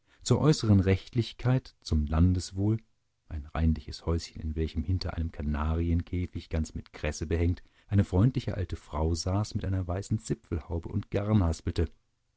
zur äußern rechtlichkeit zum landeswohl ein reinliches häuschen in welchem hinter einem kanarienkäficht ganz mit kresse behängt eine freundliche alte frau saß mit einer weißen zipfelhaube und